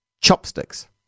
chopsticks